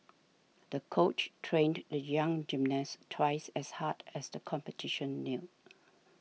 the coach trained the young gymnast twice as hard as the competition neared